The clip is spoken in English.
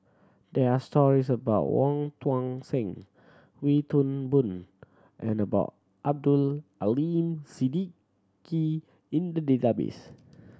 there are stories about Wong Tuang Seng Wee Toon Boon and Ball Abdul Aleem Siddique in the database